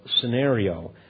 scenario